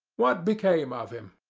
what became of him?